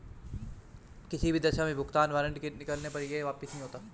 किसी भी दशा में भुगतान वारन्ट के निकलने पर यह वापस नहीं होता है